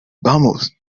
vamos